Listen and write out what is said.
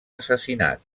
assassinat